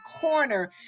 corner